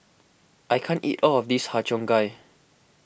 I can't eat all of this Har Cheong Gai